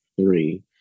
three